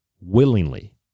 willingly